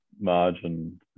margin